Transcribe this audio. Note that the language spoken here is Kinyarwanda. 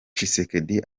tshisekedi